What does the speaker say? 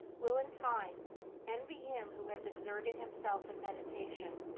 will in time envy him who has exerted himself in meditation,